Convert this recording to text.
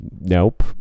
Nope